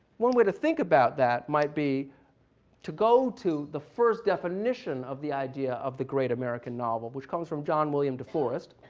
one way to think about that might be to go to the first definition of the idea of the great american novel, which comes from john william deforest,